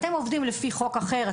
שאנחנו עובדים לפי חוק אחר,